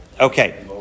Okay